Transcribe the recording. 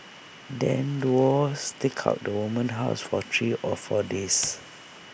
then duo staked out the woman's house for three or four days